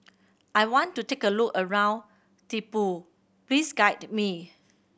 I want to take a look around Thimphu please guide me